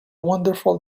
wonderful